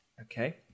Okay